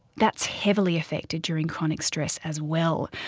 that's heavily affected during chronic stress as well.